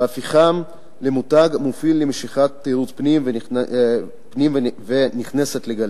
ולהופכם למותג מוביל למשיכת תיירות פנים ונכנסת לגליל,